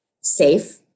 safe